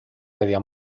media